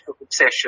obsession